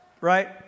right